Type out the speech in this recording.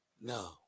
No